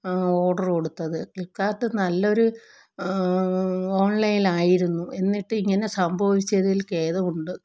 order കൊടുത്തത് ഫ്ലിപ്പ്കാർട്ട് നല്ലൊരു online ആയിരുന്നു എന്നിട്ട് ഇങ്ങനെ സംഭവിച്ചതിൽ ഖേദമുണ്ട്